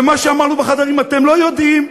ומה שאמרנו בחדרים אתם לא יודעים,